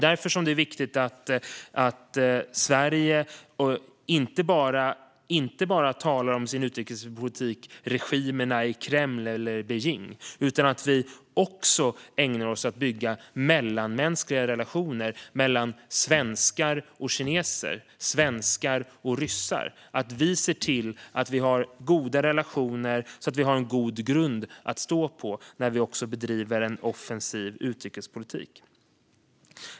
Därför är det viktigt att Sverige inte bara talar om sin utrikespolitik vad gäller regimerna i Kreml eller Beijing utan också ägnar oss åt att bygga mellanmänskliga relationer mellan svenskar och kineser och mellan svenskar och ryssar. Vi ska se till att ha goda relationer, så att vi har en god grund att stå på också när vi bedriver en offensiv utrikespolitik.